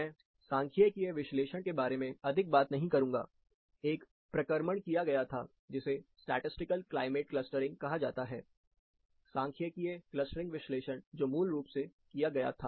मैं सांख्यिकीय विश्लेषण के बारे में अधिक बात नहीं करूंगा एक प्रक्रमण किया गया था जिसे स्टैटिसटिकल क्लाइमेट क्लस्टरिंग कहा जाता है सांख्यिकीय क्लस्टरिंग विश्लेषण जो मूल रूप से किया गया था